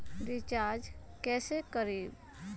Recharge कैसे करीब?